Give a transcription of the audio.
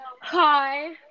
hi